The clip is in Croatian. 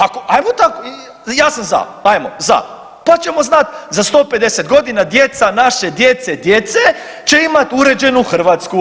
Ajmo tako ja sam za, ajmo za, pa ćemo znat za 150 godina djeca naše djece, djece će imati uređenu Hrvatsku.